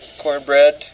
cornbread